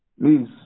Please